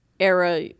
era